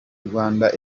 rwanda